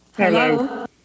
Hello